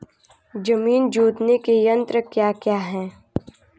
जमीन जोतने के यंत्र क्या क्या हैं?